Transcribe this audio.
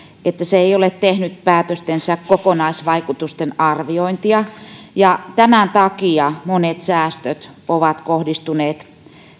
että se ei ole tehnyt päätöstensä kokonaisvaikutusten arviointia ja tämän takia monet säästöt ovat kohdistuneet